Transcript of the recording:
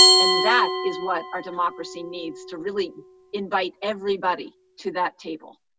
and that is what our democracy needs to really invite everybody to that table.